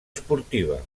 esportiva